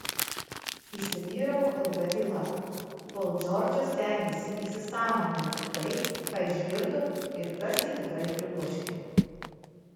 įsivyravo ilga tyla kol džordžas stengėsi įsisąmoninti tai ką išgirdo ir kas jį tikrai pribloškė